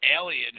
alien